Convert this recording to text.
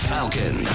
Falcon